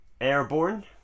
Airborne